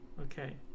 Okay